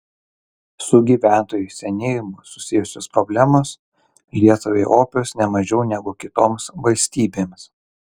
su gyventojų senėjimu susijusios problemos lietuvai opios ne mažiau negu kitoms valstybėms